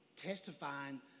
testifying